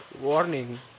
warning